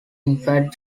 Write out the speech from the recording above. infant